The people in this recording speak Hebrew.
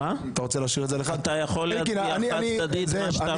אתה יכול להצביע חד צדדית על מה שאתה